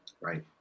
right